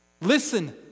Listen